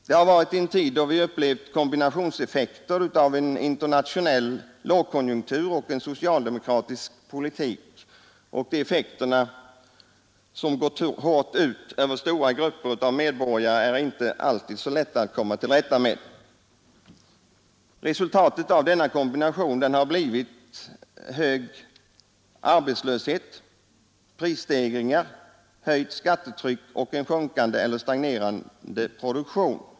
Det har varit i en tid då vi upplevt kombinationseffekter av en internationell lågkonjunktur och en socialdemokratisk politik, och de effekterna, som gått hårt ut över stora grupper av medborgare, är inte lätta att komma till rätta med. Resultatet av denna kombination har blivit hög arbetslöshet, prisstegringar, höjt skattetryck och en sjunkande eller stagnerande produktion.